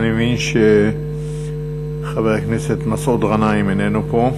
אני מבין שחבר הכנסת מסעוד גנאים איננו פה.